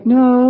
no